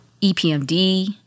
EPMD